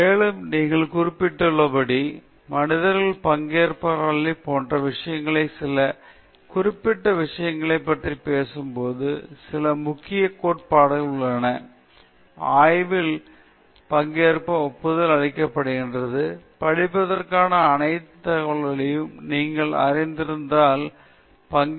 மேலும் நீங்கள் குறிப்பிட்டுள்ளபடி மனிதப் பங்கேற்பாளர்களைப் போன்ற விஷயங்களில் சில குறிப்பிட்ட விஷயங்களைப் பற்றி பேசும்போது சில முக்கியக் கோட்பாடுகள் உள்ளன ஆய்வில் பங்கேற்க ஒப்புதல் அளிக்கின்றன படிப்பிற்கான அனைத்து தகவல்களையும் நீங்கள் அறிந்திருந்தால் பங்கேற்பாளர்களுக்குத் தரப்பட வேண்டும்